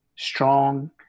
strong